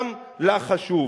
גם לה חשוב.